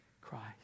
Christ